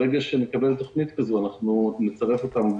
ברגע שנקבל תוכנית כזו אנחנו נצרף אותם.